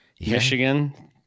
Michigan